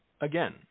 again